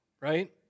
Right